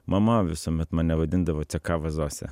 mama visuomet mane vadindavo cekava zose